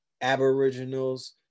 Aboriginals